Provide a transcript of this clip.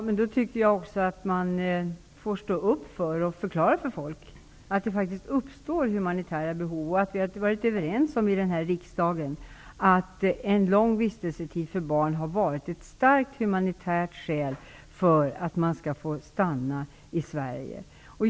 Herr talman! Jag tycker att man då får förklara för folk att det faktiskt uppstår humanitära behov och att vi i riksdagen har varit överens om att långa vistelsetider för barn har utgjort ett starkt humanitärt skäl för att de skall få stanna i Sverige.